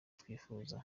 twifuza